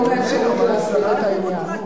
לא מהאפשרות להסדיר את העניין.